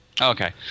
Okay